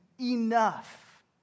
enough